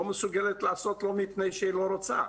היא לא מסוגלת לעשות לא מפני שהיא לא רוצה,